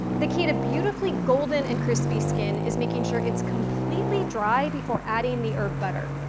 the key to beautifully golden and crispy skin is making sure it's completely dry before adding the herb butter.